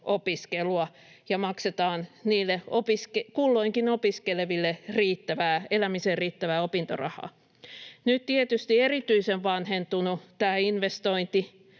opiskelua ja maksetaan niille kulloinkin opiskeleville elämiseen riittävää opintorahaa. Nyt tietysti tämä investointiajattelu on erityisen